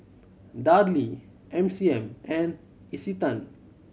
Darlie M C M and Isetan